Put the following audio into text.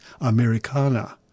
Americana